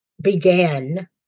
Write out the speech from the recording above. began